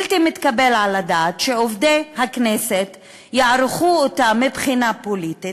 בלתי מתקבל על הדעת שעובדי הכנסת יערכו אותה מבחינה פוליטית,